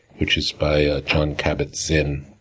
which is by john cabot sim.